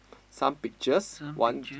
some pictures one